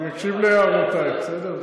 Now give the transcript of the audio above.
אני אקשיב להערותייך, בסדר?